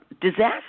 disaster